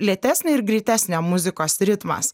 lėtesnė ir greitesnė muzikos ritmas